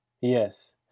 Yes